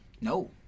No